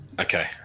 Okay